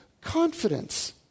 confidence